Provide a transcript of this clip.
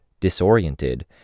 disoriented